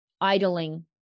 idling